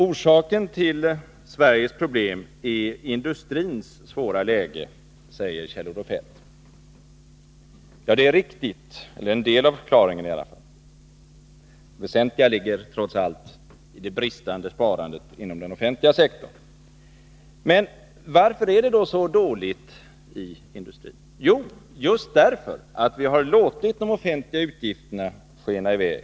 Orsaken till Sveriges problem är industrins svåra läge, säger Kjell-Olof Feldt. Det är riktigt, eller i alla fall en del av förklaringen. Den väsentliga delen ligger trots allt i det bristande sparandet inom den offentliga sektorn. Men varför är det då så dåligt i industrin? Jo, just därför att vi har låtit de offentliga utgifterna skena i väg.